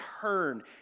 turn